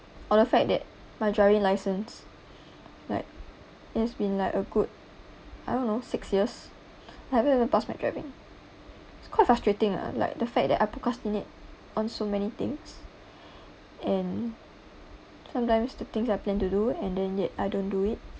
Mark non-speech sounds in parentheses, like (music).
or the fact that my driving license (breath) like it has been like a good I don't know six years I haven't even passed my driving it's quite frustrating lah like the fact that I procrastinate on so many things (breath) and sometimes the things I plan to do and then yet I don't do it